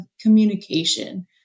communication